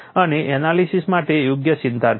અને એનાલિસીસ માટે યોગ્ય સિદ્ધાંત લો